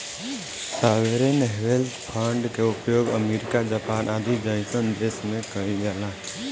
sovereign wealth fund के उपयोग America Japan आदि जईसन देश में कइल जाला